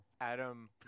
Adam